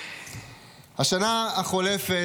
השנה החולפות,